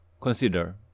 consider